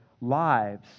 lives